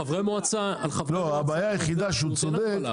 הבעיה היחידה שהוא צודק,